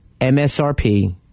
MSRP